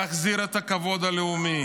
להחזיר את הכבוד הלאומי,